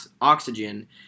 oxygen